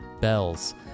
Bells